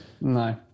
No